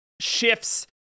shifts